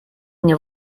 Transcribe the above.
мне